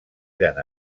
eren